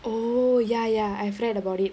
oh ya ya I've read about it